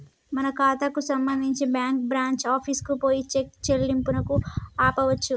మన ఖాతాకు సంబంధించి బ్యాంకు బ్రాంచి ఆఫీసుకు పోయి చెక్ చెల్లింపును ఆపవచ్చు